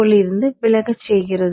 லிருந்து விலகச் செய்கிறது